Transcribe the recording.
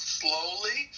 slowly